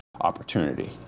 opportunity